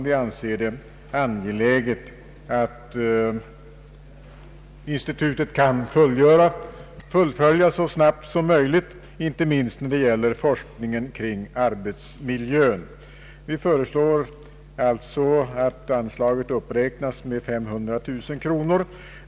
Vi anser det angeläget att institutet så snabbt som möjligt kan fullfölja dessa uppgifter, inte minst forskningen kring arbetsmil jön. Reservanterna föreslår därför att anslaget upppräknas med 500 000 kronor.